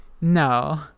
No